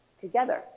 together